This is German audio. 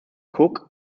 cook